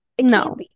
no